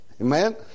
Amen